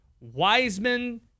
Wiseman